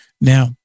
Now